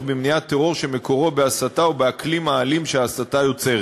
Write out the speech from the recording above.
במניעת טרור שמקורו בהסתה או באקלים האלים שההסתה יוצרת.